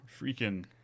freaking